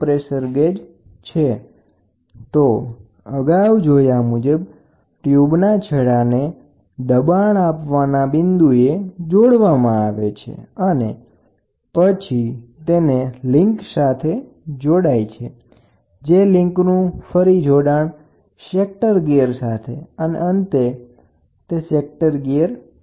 તો આ ઉદાહરણ આપણે અગાઉ પણ જોયુ હતુ આ ઇનલેટ દબાણ છે અહીં એક બોર્ડન ટ્યુબ છે તો આને વળી મુકત છેડા સાથે જોડવામાં આવે છે ટ્યુબના છેડાને દબાણ આપવાના બિંદુએ જોડવામાં આવે છે અને પછી તેને લિંક સાથે જોડવામાં આવે છે જે લીન્ક નું ફરી જોડાણ ગીયર સાથે અને અંતે તે પોઇન્ટર સાથે જોડાયેલ હોય છે